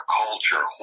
culture